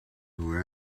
who